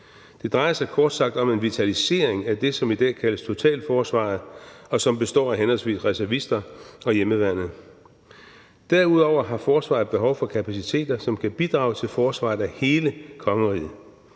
Det drejer sig kort sagt om en vitalisering af det, som i dag kaldes totalforsvaret, og som består af henholdsvis reservister og hjemmeværnet. Derudover har forsvaret behov for kapaciteter, som kan bidrage til forsvaret af hele kongeriget.